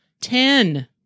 Ten